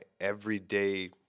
everyday